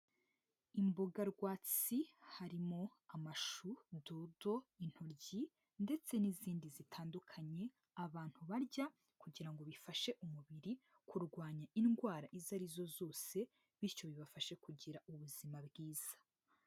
Imboga rwatsi, harimo amashu, dodo, intoryi ndetse n'izindi zitandukanye abantu barya kugira ngo bifashe umubiri kurwanya indwara izo ari zo zose, bityo bibafashe kugira ubuzima bwiza.